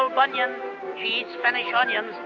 um bunyon she's many and onions.